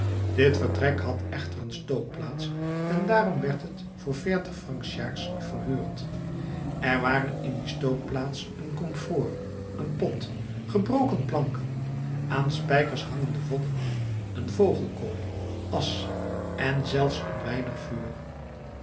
dit vertrek had echter een stookplaats en daarom werd het voor veertig francs s jaars verhuurd er waren in die stookplaats een komfoor een pot gebroken planken aan spijkers hangende vodden een vogelkooi asch en zelfs een weinig vuur